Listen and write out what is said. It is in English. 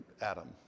Adam